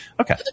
Okay